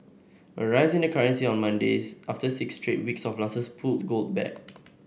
a rise in the currency on Mondays after six straight weeks of losses pulled gold back